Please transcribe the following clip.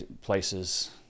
places